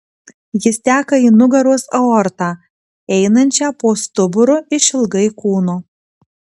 jis teka į nugaros aortą einančią po stuburu išilgai kūno